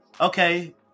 Okay